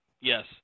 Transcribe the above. yes